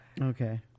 Okay